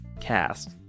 cast